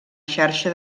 xarxa